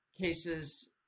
cases